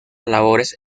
labores